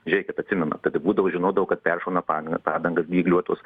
žėkit atsimenu tada būdavo žinodavau kad peršauna padan padangas dygliuotos